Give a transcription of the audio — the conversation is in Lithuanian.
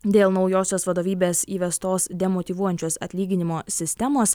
dėl naujosios vadovybės įvestos demotyvuojančios atlyginimo sistemos